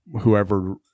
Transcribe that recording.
whoever